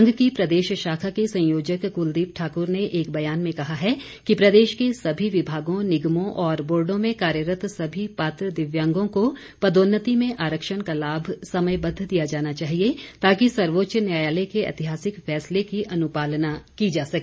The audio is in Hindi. संघ की प्रदेश शाखा के संयोजक कुलदीप ठाकुर ने एक ब्यान में कहा है कि प्रदेश के सभी विभागों निगमों और बोर्डो में कार्यरत सभी पात्र दिव्यांगों को पदोन्नति में आरक्षण का लाभ समयबद्ध दिया जाना चाहिए ताकि सर्वोच्च न्यायालय के ऐतिहासिक फैसले की अनुपालना की जा सके